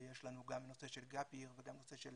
ויש לנו גם הנושא של gap year וגם נושא של